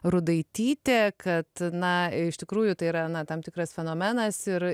rudaitytė kad na iš tikrųjų tai yra na tam tikras fenomenas ir